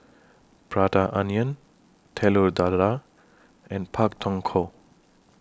Prata Onion Telur Dadah and Pak Thong Ko